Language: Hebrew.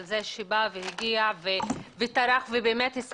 על כך שטרח להגיע לכאן והסביר